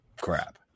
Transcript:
crap